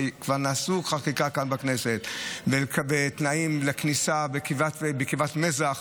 וכבר נעשתה חקיקה כאן בכנסת ויש תנאים לכניסה בקרבת מזח,